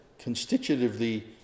constitutively